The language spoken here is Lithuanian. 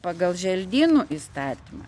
pagal želdynų įstatymą